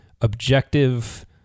objective